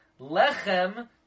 Lechem